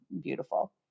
beautiful